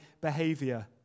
behavior